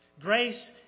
Grace